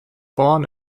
born